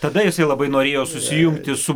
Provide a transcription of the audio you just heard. tada jisai labai norėjo susijungti su